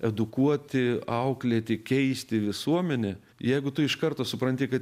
edukuoti auklėti keisti visuomenę jeigu tu iš karto supranti kad